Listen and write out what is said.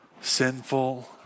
sinful